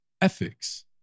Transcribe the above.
ethics